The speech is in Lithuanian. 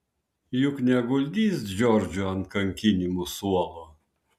juk neguldys džordžo ant kankinimų suolo